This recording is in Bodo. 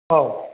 औ